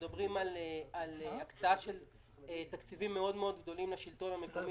מדובר על הקצאה של תקציבים גדולים מאוד לשלטון המקומי